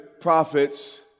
prophets